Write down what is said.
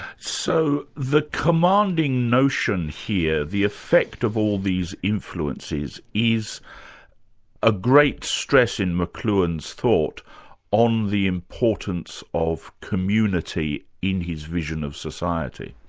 so the commanding notion here, the effect of all these influences is a great stress in mcluhan's thought on the importance of community in his vision of society.